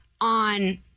on